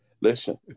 listen